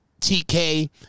TK